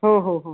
हो हो हो